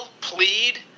plead